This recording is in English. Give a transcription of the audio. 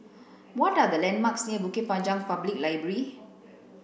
what are the landmarks near Bukit Panjang Public Library